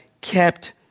kept